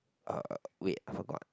uh wait forgot